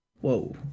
Whoa